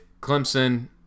Clemson